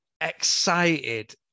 excited